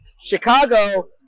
Chicago